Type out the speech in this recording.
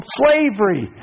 slavery